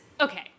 Okay